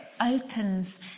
opens